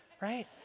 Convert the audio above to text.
right